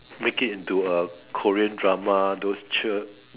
make it into a Korean drama those cher~